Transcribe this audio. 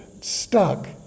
stuck